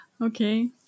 Okay